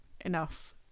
enough